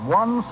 one